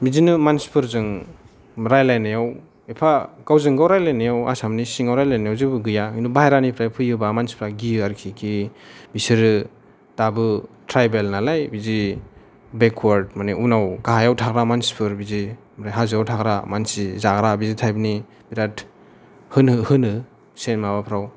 बिदिनो मानसिफोरजों रायलायनायाव एफा गावजोंगाव रालायनायाव आसामनि सिङाव रायलायनायाव जेबो गैया खिन्थु बायहेरानिफ्राय फैयोबा मानसिफ्रा गियो आरोखि खि बिसोरो दाबो ट्रायबेल नालाय बिदि बेकवार्ड माने उनाव गाहायाव थाग्रा मानसिफोर बिदि ओमफ्राय हाजोआव थाग्रा मानसि जाग्रा बिदि टाइप नि बिराद होनो